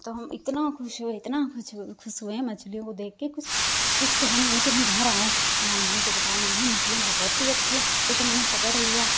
तो हम इतना खुश हुए इतना खुश हुए हैं मछलियों को देख के कुछ कुछ कहने को नहीं फिर हम घर आए तो मम्मी से बताए मम्मी मछलियां बहुत ही अच्छी है देखो मैंने पकड़ लिया